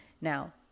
Now